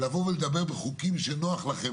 למה ראשי הרשויות מתערבים,